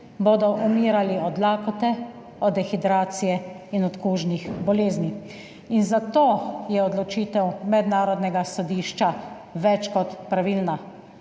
hitro, umirali od lakote, od dehidracije in od kužnih bolezni. In zato je odločitev mednarodnega sodišča več kot pravilna.